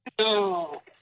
No